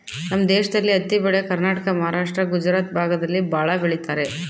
ನಮ್ ದೇಶದಲ್ಲಿ ಹತ್ತಿ ಬೆಳೆ ಕರ್ನಾಟಕ ಮಹಾರಾಷ್ಟ್ರ ಗುಜರಾತ್ ಭಾಗದಲ್ಲಿ ಭಾಳ ಬೆಳಿತರೆ